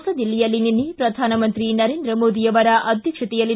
ಹೊಸದಿಲ್ಲಿಯಲ್ಲಿ ನಿನ್ನೆ ಪ್ರಧಾನಮಂತ್ರಿ ನರೇಂದ್ರ ಮೋದಿ ಅವರ ಅಧ್ಯಕ್ಷತೆಯಲ್ಲಿ